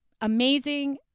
amazing